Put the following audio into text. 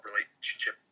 relationship